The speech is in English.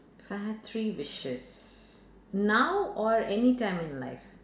I had three wishes now or anytime in life